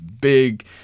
big